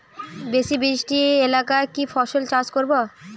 বেশি বৃষ্টি এলাকায় কি ফসল চাষ করব?